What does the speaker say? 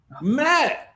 mad